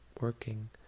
working